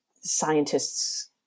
scientists